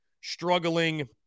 struggling